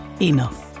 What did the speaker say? enough